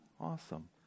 Awesome